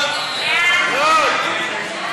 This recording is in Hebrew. צו